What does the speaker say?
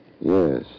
Yes